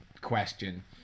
Question